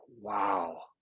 wow